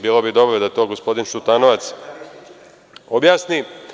Bilo bi dobro da to gospodin Šutanovac objasni.